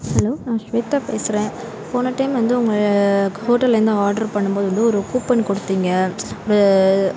hello நான் ஸ்வேதா பேசுகிறேன் போன டைம் வந்து உங்கள் ஹோட்டல்லேருந்து ஆட்ரு பண்ணும்போது வந்து ஒரு கூப்பன் கொடுத்தீங்க இந்த